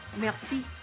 Merci